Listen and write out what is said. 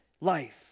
life